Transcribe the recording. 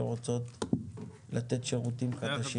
שרוצות לתת שירותים חדשים.